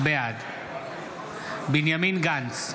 בעד בנימין גנץ,